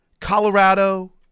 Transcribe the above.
Colorado